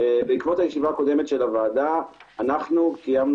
בעקבות הישיבה הקודמת של הוועדה קיימנו